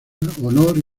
honor